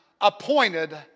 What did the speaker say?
appointed